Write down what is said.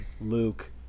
Luke